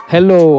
Hello